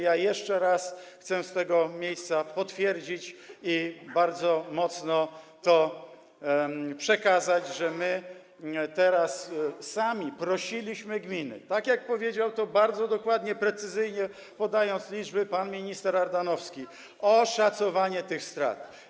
Jeszcze raz chcę z tego miejsca potwierdzić i bardzo mocno to przekazać, że my teraz sami prosiliśmy gminy, tak jak powiedział - bardzo dokładnie, precyzyjnie podając liczby - pan minister Ardanowski, o szacowanie tych strat.